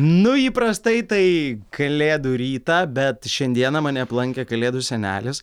nu įprastai tai kalėdų rytą bet šiandieną mane aplankė kalėdų senelis